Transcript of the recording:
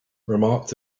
remarked